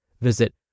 Visit